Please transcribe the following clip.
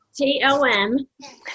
T-O-M